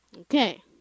Okay